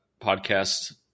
podcast